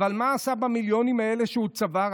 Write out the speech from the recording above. אבל מה עשה במיליונים האלה שהוא צבר?